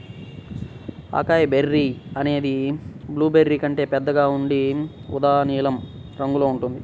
acai berry అనేది blueberry కంటే పెద్దగా ఉండి ఊదా నీలం రంగులో ఉంటుంది